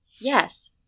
Yes